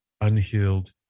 unhealed